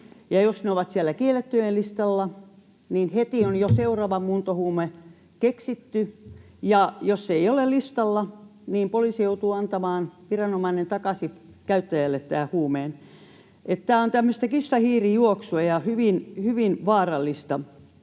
jos ne ovat siellä kiellettyjen listalla, niin heti on jo seuraava muuntohuume keksitty, ja jos ei ole listalla, niin poliisi, viranomainen, joutuu antamaan takaisin käyttäjälle tämän huumeen. Eli tämä on tämmöistä kissa—hiiri-juoksua ja hyvin vaarallista.